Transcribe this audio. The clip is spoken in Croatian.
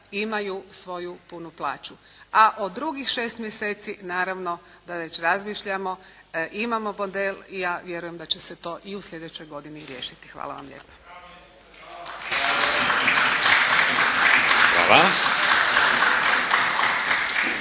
imaju svoju prvu plaću, a od drugih šest mjeseci, naravno da već razmišljamo, imamo …/Govornik se ne razumije/… i ja vjerujem da će se to i u sljedećoj godini riješiti. Hvala vam lijepa.